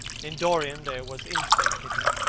in dorian's there was infinite pity.